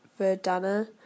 Verdana